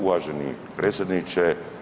Uvaženi predsjedniče.